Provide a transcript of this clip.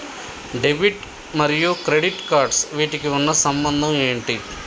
Debit మరియు credit cards వీటికి ఉన్న సంబంధం ఏంటి?